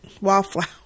wallflower